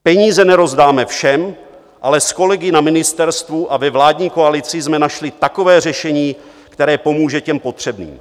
Peníze nerozdáme všem, ale s kolegy na ministerstvu a ve vládní koalici jsme našli takové řešení, které pomůže těm potřebným.